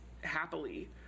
happily